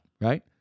right